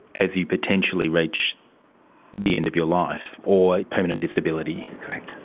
as you potentially reach the end of your life, or permanent disability. correct.